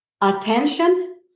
attention